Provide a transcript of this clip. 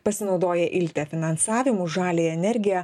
pasinaudoję iltė finansavimu žaliąją energiją